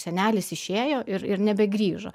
senelis išėjo ir ir nebegrįžo